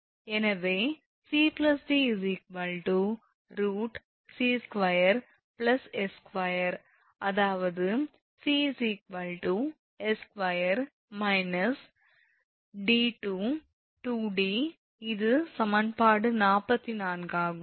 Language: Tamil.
எனவே 𝑐𝑑 √𝑐2𝑠2 அதாவது 𝑐 𝑠2 − 𝑑22𝑑 இது சமன்பாடு 44 ஆகும்